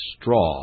straw